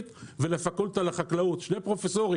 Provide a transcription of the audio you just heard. שלום אדוני, אני רפרנט חקלאות באגף תקציבים.